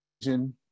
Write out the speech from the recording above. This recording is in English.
vision